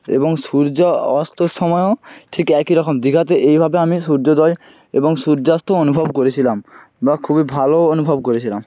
এবং সূর্য অস্তর সময়েও ঠিক একই রকম দিঘাতে এইভাবে আমি সূর্যোদয় এবং সূর্যাস্ত অনুভব করেছিলাম বা খুবই ভালো অনুভব করেছিলাম